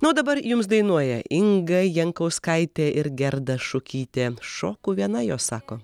na o dabar jums dainuoja inga jankauskaitė ir gerda šukytė šoku viena jos sako